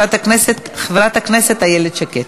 הוראת שעה),